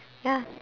ya